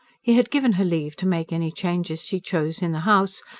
he had given her leave to make any changes she chose in the house,